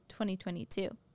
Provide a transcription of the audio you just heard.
2022